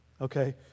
Okay